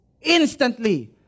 Instantly